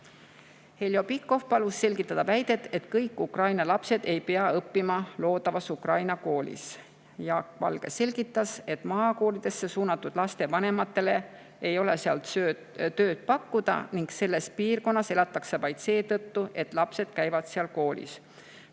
Heljo Pikhof palus selgitada väidet, et kõik Ukraina lapsed ei pea õppima loodavas ukraina koolis. Jaak Valge selgitas, et maakoolidesse suunatud laste vanematele ei ole seal [piirkonnas] tööd pakkuda ning seal elatakse vaid seetõttu, et lapsed käivad seal koolis.